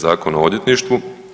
Zakona o odvjetništvu.